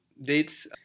dates